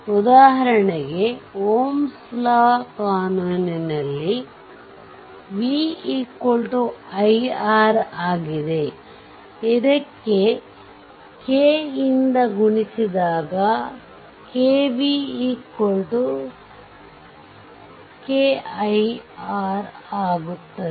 ಉದಾಹರಣೆಗೆ Ωs ಕಾನೂನಿನಲ್ಲಿ v Ki R ಆಗಿದೆ ಇದಕ್ಕೆ K ಯಿಂದ ಗುಣಿಸಿದಾಗ KV KR ಆಗುತ್ತದೆ